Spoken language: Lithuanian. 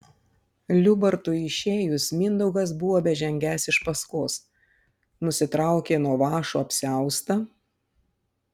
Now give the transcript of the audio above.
liubartui išėjus mindaugas buvo bežengiąs iš paskos nusitraukė nuo vąšo apsiaustą